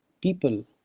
people